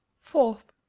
fourth